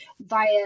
via